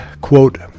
quote